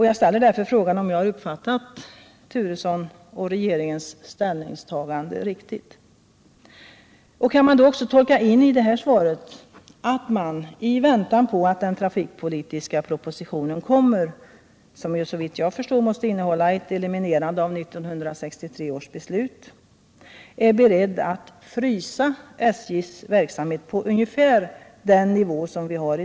Jag ställer därför frågan om jag uppfattat herr Turessons och regeringens ställningstagande riktigt. Kan man också tolka interpellationssvaret så, att man i väntan på den trafikpolitiska propositionen, som såvitt jag förstår måste innehålla ett eliminerande av 1963 års beslut, är beredd att ”frysa” SJ:s verksamhet på ungefär dagens nivå?